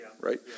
right